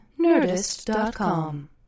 Nerdist.com